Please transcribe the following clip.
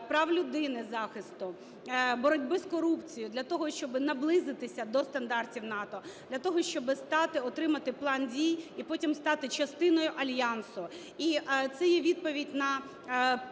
прав людини захисту, боротьби з корупцією для того, щоб наблизитися до стандартів НАТО, для того, щоб стати, отримати план дій і потім стати частиною Альянсу. І це є відповідь на